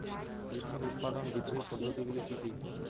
কৃষির উৎপাদন বৃদ্ধির পদ্ধতিগুলি কী কী?